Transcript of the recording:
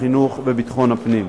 החינוך וביטחון הפנים.